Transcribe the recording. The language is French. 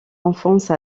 enfance